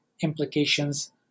implications